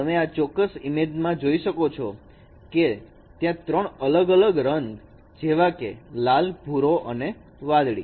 તમે આ ચોક્કસ ઈમેજમાં જોઈ શકો છો કે ત્યા ત્રણ અલગ અલગ રંગ જેવાકે લાલ ભૂરો અને વાદળી